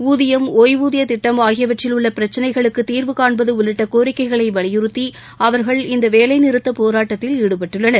ஊதியம் ஓய்வூதியத் திட்டம் ஆகியவற்றில் உள்ள பிரச்சினைகளுக்கு தீர்வுகாண்பது உள்ளிட்ட கோரிக்கைகளை வலியுறுத்தி அவர்கள் இந்த வேலை நிறுத்தப் போராட்டத்தில் ஈடுபட்டுள்ளனர்